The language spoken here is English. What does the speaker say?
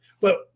But-